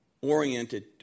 oriented